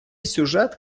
сюжет